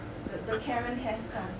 the the karen hairstyle